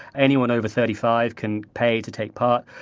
anyone over thirty five can pay to take part.